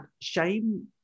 shame